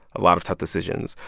a lot of tough decisions.